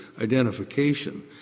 identification